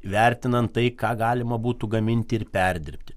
vertinant tai ką galima būtų gaminti ir perdirbti